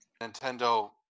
Nintendo